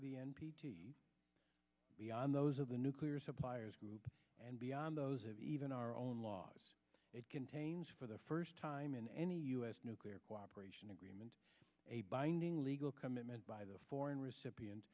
the n p t beyond those of the nuclear suppliers group and beyond those have even our own laws it contains for the first time in any u s nuclear cooperation agreement a binding legal commitment by the foreign recipient